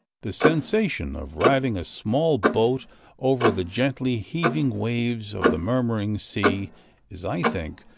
the sensation of riding a small boat over the gently-heaving waves of the murmuring sea is, i think,